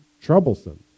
troublesome